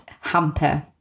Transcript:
hamper